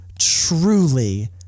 truly